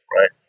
right